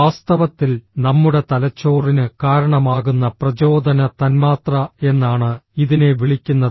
വാസ്തവത്തിൽ നമ്മുടെ തലച്ചോറിന് കാരണമാകുന്ന പ്രചോദന തന്മാത്ര എന്നാണ് ഇതിനെ വിളിക്കുന്നത്